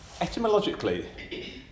etymologically